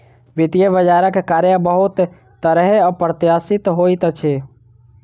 वित्तीय बजारक कार्य बहुत तरहेँ अप्रत्याशित होइत अछि